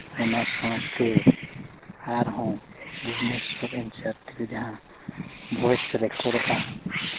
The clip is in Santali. ᱚᱱᱟ ᱥᱟᱶᱛᱮ ᱟᱨᱦᱚᱸ ᱵᱷᱩᱵᱽᱱᱮᱥᱥᱚᱨ ᱨᱮᱱ ᱡᱟᱛᱨᱤ ᱡᱟᱦᱟᱸ ᱵᱷᱚᱭᱮᱥ ᱨᱮᱠᱚᱰᱚᱜᱼᱟ